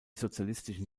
sozialistischen